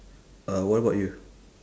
uh what about you